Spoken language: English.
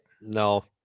No